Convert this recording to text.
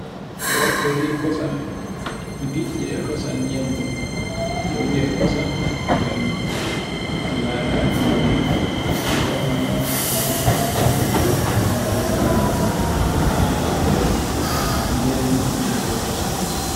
woɓɓe wi kosan biɗɗi e kosan nyebbe, to wia kosan ngan lataki marefuji, gonga non beɓɓe e so'a non marefu bane ha natawe ndiyam muɗum e wie kosan.